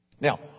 Now